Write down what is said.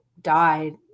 died